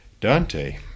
Dante